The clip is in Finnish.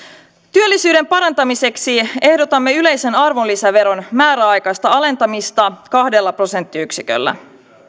työllisyyden parantamiseksi ehdotamme yleisen arvonlisäveron määräaikaista alentamista kahdella prosenttiyksiköllä